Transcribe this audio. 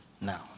now